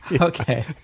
Okay